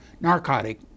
narcotic